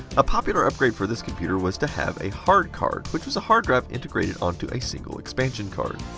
a popular upgrade for this computer was to have a hard-card, which was a hard drive integrated onto a single expansion card.